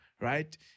right